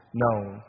known